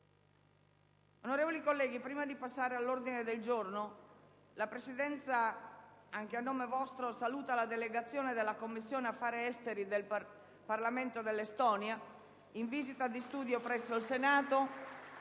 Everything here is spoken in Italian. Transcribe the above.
Onorevoli colleghi, prima di passare all'ordine del giorno, la Presidenza, anche a vostro nome, saluta la delegazione della Commissione affari dell'Unione europea del Parlamento dell'Estonia, in visita di studio presso il Senato